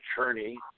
attorney